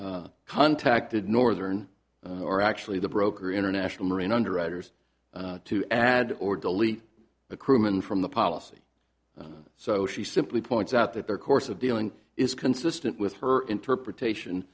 brawner contacted northern or actually the broker international marine underwriters to add or delete a crewman from the policy so she simply points out that their course of dealing is consistent with her interpretation